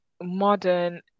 modern